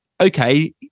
okay